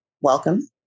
Welcome